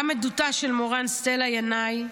גם עדותה של מורן סטלה ינאי,